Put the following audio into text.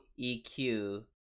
EQ